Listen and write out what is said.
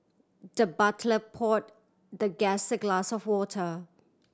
the butler poured the guest a glass of water